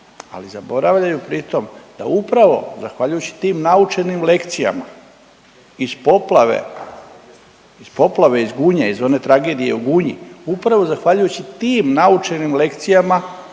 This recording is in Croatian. ali zaboravljaju pritom da upravo zahvaljujući tim naučenim lekcijama iz poplave iz Gunje, iz one tragedije u Gunji upravo zahvaljujući tim naučenim lekcijama